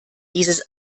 dieses